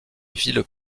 ville